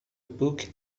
book